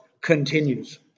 continues